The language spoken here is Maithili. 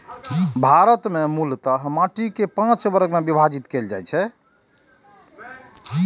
भारत मे मूलतः माटि कें पांच वर्ग मे विभाजित कैल जाइ छै